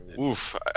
Oof